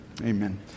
Amen